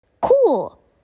cool